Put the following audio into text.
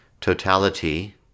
totality